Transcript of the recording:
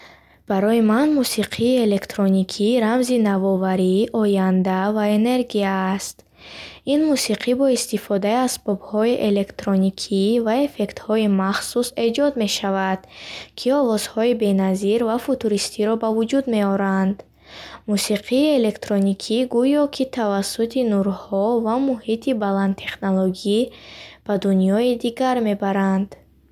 Барои ман мусиқии электроникӣ рамзи навоварӣ, оянда ва энергия аст. Ин мусиқӣ бо истифодаи асбобҳои электронӣ ва эффектҳои махсус эҷод мешавад, ки овозҳои беназир ва футуристиро ба вуҷуд меоранд. Мусиқии электроникӣ гӯё ки тавассути нурҳо ва муҳити баландтехнологӣ ба дунёи дигар мебаранд.